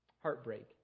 Heartbreak